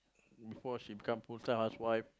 before she become full time housewife